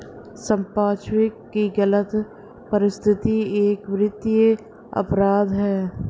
संपार्श्विक की गलत प्रस्तुति एक वित्तीय अपराध है